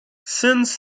since